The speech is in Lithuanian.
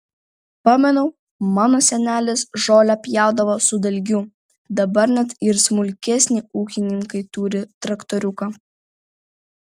pamenu mano senelis žolę pjaudavo su dalgiu dabar net ir smulkesni ūkininkai turi traktoriuką